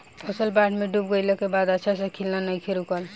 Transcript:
फसल बाढ़ में डूब गइला के बाद भी अच्छा से खिलना नइखे रुकल